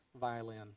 violin